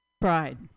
Pride